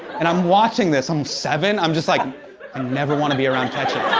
and i'm watching this i'm seven i'm just like, i never want to be around ketchup.